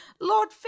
Lord